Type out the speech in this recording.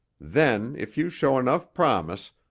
then, if you show enough promise,